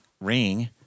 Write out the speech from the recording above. ring